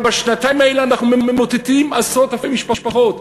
אבל בשנתיים האלה אנחנו ממוטטים עשרות אלפי משפחות.